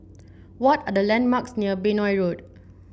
what are the landmarks near Benoi Road